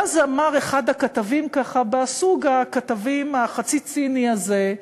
ואז אמר אחד הכתבים, מסוג הכתבים החצי-ציני הזה: